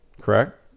correct